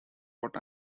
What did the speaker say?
what